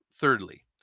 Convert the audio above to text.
thirdly